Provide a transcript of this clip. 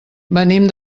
venim